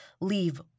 leave